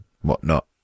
whatnot